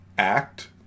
act